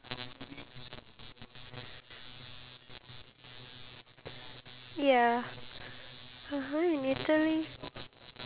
uh a traveller and a youtuber cause I saw this vlogger he actually go to um